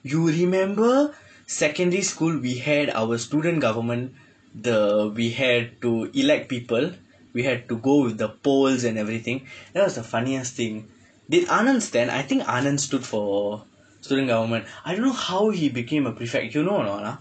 you remember secondary school we had our student government the we had to elect people we had to go with the polls and everything that was the funniest thing did anand stand I think aanand stood for student government I don't know how he became a prefect you know or not ah